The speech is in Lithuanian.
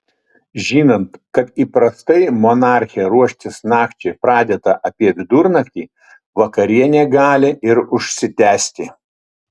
žinant kad įprastai monarchė ruoštis nakčiai pradeda apie vidurnaktį vakarienė gali ir užsitęsti